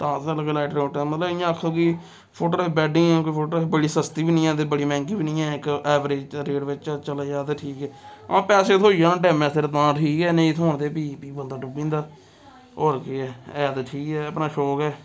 light लूउटै मतलब इ'यां आक्खो कि फोटो ताईं बैडिंग फोटो बड़ी सस्ती बी निं ऐ ते बड़ी मैंह्गी बी ऐ इक ऐवरेज रेट बिच्च चल जा ते ठीक ऐ हां पैसे थ्होई जाना टैमै सिर तां ठीक ऐ नेईं थ्होन ते फ्ही फ्ही बंदा डुब्बी जंदा होर केह् ऐ ऐ ते ठीक ऐ अपना शौक ऐ